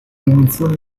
dimensioni